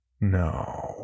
No